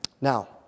Now